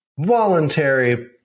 voluntary